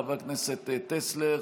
חבר הכנסת טסלר,